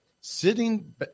sitting